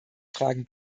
fragen